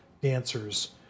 dancers